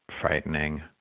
frightening